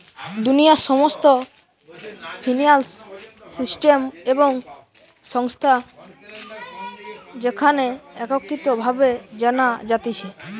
দুনিয়ার সমস্ত financial system এবং সংস্থা যেখানে একত্রিত ভাবে জানা যাতিছে